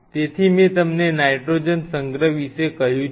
તેથી મે તમને નાઇટ્રોજન સંગ્રહ વિશે કહ્યું છે